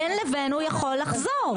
בין לבין הוא יכול לחזור.